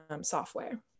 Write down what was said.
software